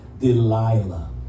Delilah